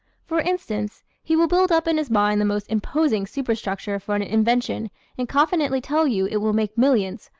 for instance, he will build up in his mind the most imposing superstructure for an invention and confidently tell you it will make millions,